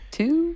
two